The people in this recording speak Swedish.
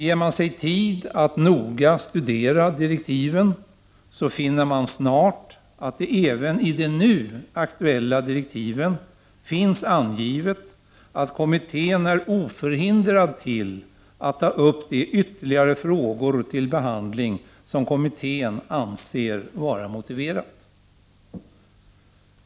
Ger man sig tid att noga studera direktiven, finner man snart att det även i de nu aktuella direktiven finns angivet att kommittén är oförhindrad att ta upp de ytterligare frågor till behandling som kommittén anser vara motiverat.